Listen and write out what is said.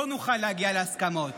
לא נוכל להגיע להסכמות.